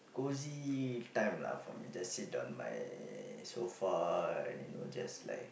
cozy time lah for me just sit on my sofa and you know just like